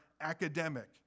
academic